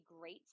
great